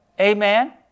Amen